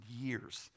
years